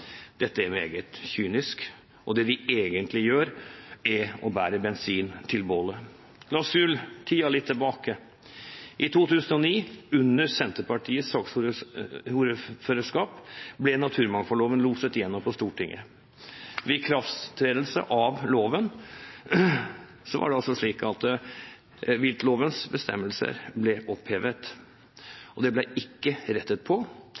Dette er meget kynisk. Det de egentlig gjør, er å bære bensin til bålet. La oss skru tiden litt tilbake. I 2009, under Senterpartiets saksordførerskap, ble naturmangfoldloven loset igjennom på Stortinget. Ved ikrafttredelse av loven var det altså slik at viltlovens bestemmelser ble opphevet, og det ble ikke rettet på.